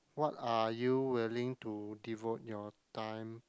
what are you willing to devote your time